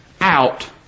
out